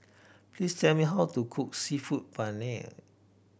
please tell me how to cook Seafood Paella